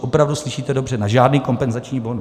Opravdu, slyšíte dobře, na žádný kompenzační bonus.